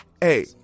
hey